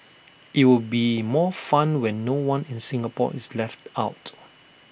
IT will be more fun when no one in Singapore is left out